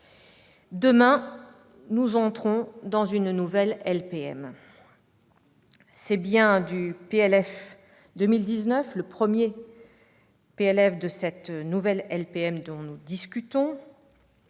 Demain, nous entrons dans une nouvelle LPM. Et c'est bien du PLF 2019, le premier PLF de cette nouvelle LPM, dont nous discutons.